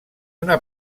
una